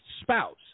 spouse